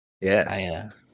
Yes